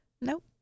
nope